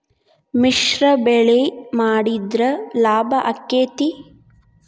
ಮಿಶ್ರ ಬೆಳಿ ಮಾಡಿದ್ರ ಲಾಭ ಆಕ್ಕೆತಿ?